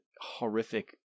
horrific